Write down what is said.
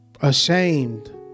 ashamed